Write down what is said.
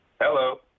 Hello